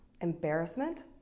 Embarrassment